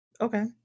Okay